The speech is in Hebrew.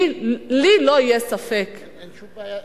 לי לא יהיה ספק, אין שום בעיה,